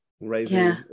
raising